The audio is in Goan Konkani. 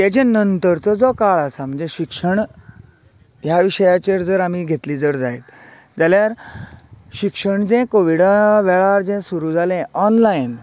तेजे नंतरचो जो काळ आसा म्हळ्यार शिक्षण ह्या विशयाचेर जर आमी घेतली जर जायत जाल्यार शिक्षण जें कोविडा वेळार जें सुरू जालें ऑनलायन